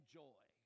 joy